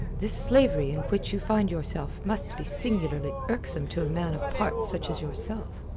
this slavery in which you find yourself must be singularly irksome to a man of parts such as yourself.